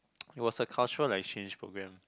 it was a cultural exchange programme